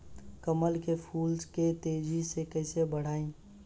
कमल के फूल के तेजी से कइसे बढ़ाई?